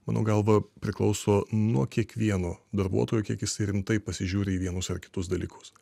mano galva priklauso nuo kiekvieno darbuotojo kiek jisai rimtai pasižiūri į vienus ar kitus dalykus